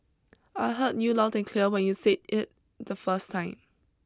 I heard you loud and clear when you say it the first time